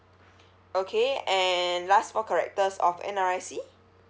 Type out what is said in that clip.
okay and last four characters of N_R_I_C